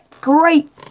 great